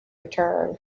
return